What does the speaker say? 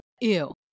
ew